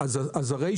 ורשאי